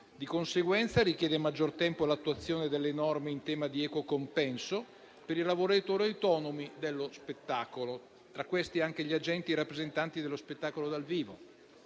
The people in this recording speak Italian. Di conseguenza, richiede maggior tempo l'attuazione delle norme in tema di equo compenso per i lavoratori autonomi dello spettacolo, tra cui anche gli agenti e i rappresentanti dello spettacolo dal vivo.